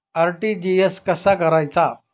RTGS कसा करायचा?